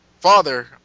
father